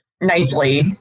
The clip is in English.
nicely